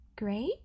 Great